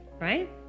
right